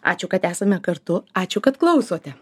ačiū kad esame kartu ačiū kad klausote